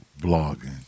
Blogging